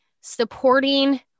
supporting –